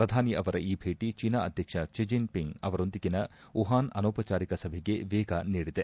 ಪ್ರಧಾನಿ ಅವರ ಈ ಭೇಟ ಚೀನಾ ಅಧ್ಯಕ್ಷ ಕ್ಸಿ ಜಿನ್ ಪಿಂಗ್ ಅವರೊಂದಿಗಿನ ವುಹಾನ್ ಅನೌಪಚಾರಿಕ ಸಭೆಗೆ ವೇಗ ನೀಡಿದೆ